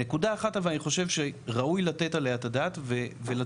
נקודה אחת אני חושב שראוי לתת עליה את הדעת ולתת